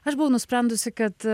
aš buvau nusprendusi kad